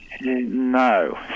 No